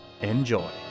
enjoy